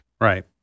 Right